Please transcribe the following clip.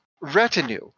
retinue